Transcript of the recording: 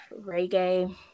reggae